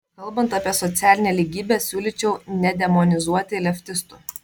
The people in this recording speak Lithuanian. kalbant apie socialinę lygybę siūlyčiau nedemonizuoti leftistų